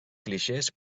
clixés